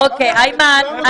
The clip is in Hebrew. איימן,